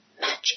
Magic